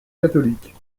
catholiques